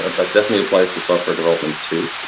that definitely applies to software development too.